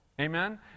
Amen